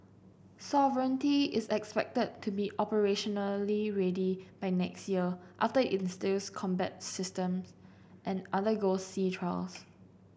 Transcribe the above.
sovereignty is expected to be operationally ready by next year after it installs combat systems and undergoes sea trials